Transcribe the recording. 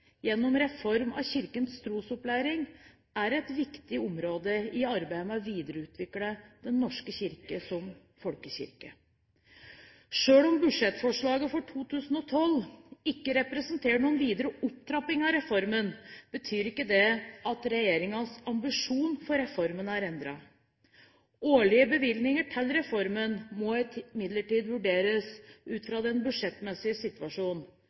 gjennom reform av Kirkens trosopplæring er et viktig område i arbeidet med å videreutvikle Den norske kirke som folkekirke. Selv om budsjettforslaget for 2012 ikke representerer noen videre opptrapping av reformen, betyr ikke det at regjeringens ambisjon for reformen er endret. Årlige bevilgninger til reformen må imidlertid vurderes ut fra den budsjettmessige situasjonen.